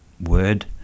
word